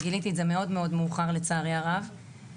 גיליתי את זה מאוד מאוד מאוחר אצל הבת שלי.